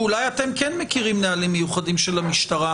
ואולי אתם כן מכירים נהלים מיוחדים של המשטרה